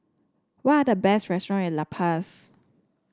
what are the best restaurants in La Paz